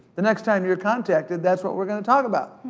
the next time you're contacted, that's what we're gonna talk about.